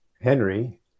henry